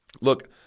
Look